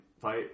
fight